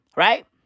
Right